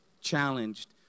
challenged